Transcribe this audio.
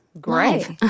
Great